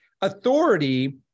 authority